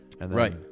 Right